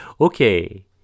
Okay